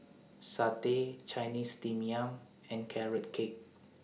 Satay Chinese Steamed Yam and Carrot Cake